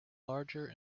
larger